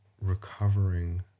recovering